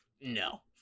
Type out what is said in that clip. no